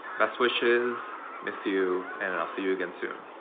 best wishes. miss you. and and i'll see you again soon.